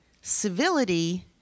civility